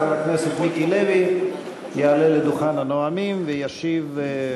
חבר הכנסת מיקי לוי יעלה לדוכן הנואמים וישיב.